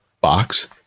box